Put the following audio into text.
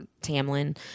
Tamlin